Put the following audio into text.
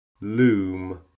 Loom